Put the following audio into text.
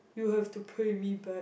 you have to pay me back